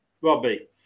Robbie